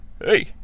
Hey